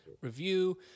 review